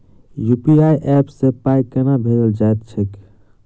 UPI app सँ पाई केना भेजल जाइत छैक?